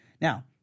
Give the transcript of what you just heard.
Now